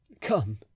Come